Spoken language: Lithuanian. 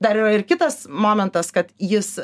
dar yra ir kitas momentas kad jis